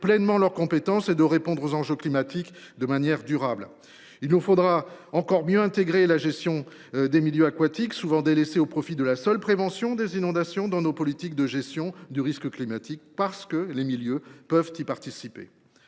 pleinement leurs compétences et de répondre aux enjeux climatiques de manière durable. Il nous faudra également mieux intégrer la gestion des milieux aquatiques, souvent délaissée au profit de la seule prévention des inondations, dans nos politiques de gestion du risque climatique. Le groupe Socialiste, Écologiste